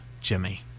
Jimmy